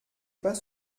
pas